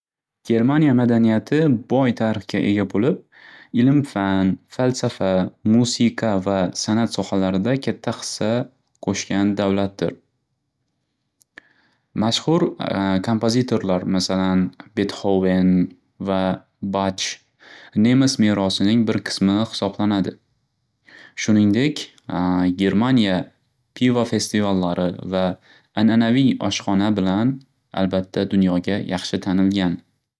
Germaniya madaniyati boy tarixga ega bo'lib, ilm-fan, falsafa, musiqa va sanat soxalarida katta xissa qo'shgan davlatdir. Mashxur kompazitorlar masalan, Betxoven va Batch nemis merosining bir qismi hisoblanadi. Shuningdek Germaniya piva festivallari va ananviy oshxona bilan albatda dunyoga yaxshi tanilgan.